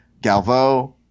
Galvo